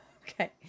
Okay